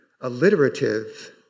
alliterative